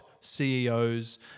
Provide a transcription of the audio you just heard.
CEOs